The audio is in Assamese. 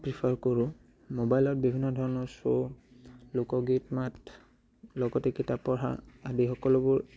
প্ৰিফাৰ কৰোঁ মোবাইলত বিভিন্ন ধৰণৰ শ্ব' লোকগীত মাত লগতে কিতাপ পঢ়া আদি সকলোবোৰ